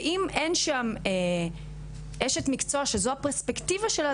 ואם אין שם אשת מקצוע שזו הפרספקטיבה שלה,